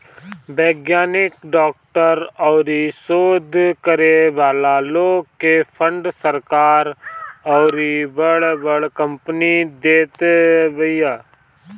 वैज्ञानिक, डॉक्टर अउरी शोध करे वाला लोग के फंड सरकार अउरी बड़ बड़ कंपनी देत बिया